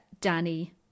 danny